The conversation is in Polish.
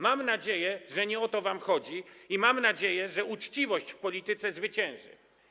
Mam nadzieję, że nie o to wam chodzi, i mam nadzieję, że uczciwość w polityce zwycięży.